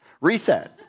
Reset